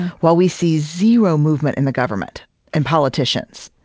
while we see zero movement in the government and politicians.